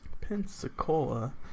Pensacola